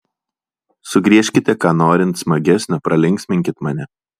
sugriežkite ką norint smagesnio pralinksminkit mane